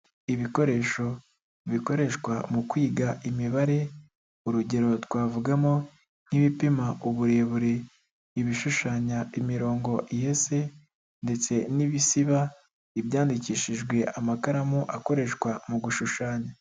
Ibikoresho bikoreshwa mu kwiga imibare urugero twavugamo nk'ibipima uburebure, ibishushanya imirongo yihese, ndetse n'ibisiba ibyandikishijwe amakaramu akoreshwa mu gushushanya.